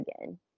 again